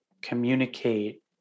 communicate